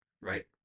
right